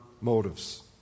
motives